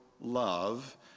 love